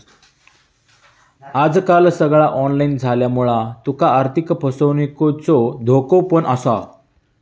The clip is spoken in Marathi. आजकाल सगळा ऑनलाईन झाल्यामुळा तुका आर्थिक फसवणुकीचो धोको पण असा